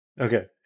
Okay